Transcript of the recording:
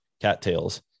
cattails